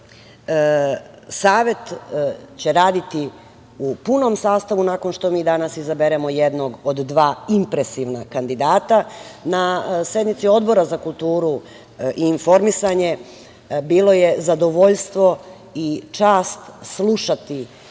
se. Savet će raditi u punom sastavu nakon što mi danas izaberemo jednog od dva impresivna kandidata. Na sednici Odbora za kulturu i informisanje bilo je zadovoljstvo i čast slušati